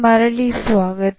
ಮರಳಿ ಸ್ವಾಗತ